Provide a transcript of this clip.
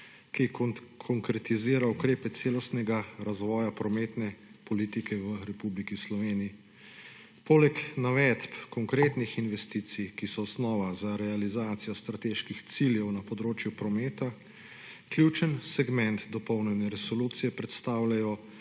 ki konkretizira ukrepe celostnega razvoja prometne politike v Republiki Sloveniji. Poleg navedb konkretnih investicij, ki so osnovna za realizacijo strateških ciljev na področju prometa ključen segment dopolnjene resolucije predstavljajo